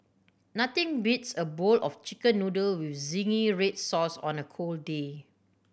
nothing beats a bowl of Chicken Noodle with zingy red sauce on a cold day